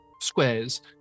squares